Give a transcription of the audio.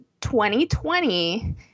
2020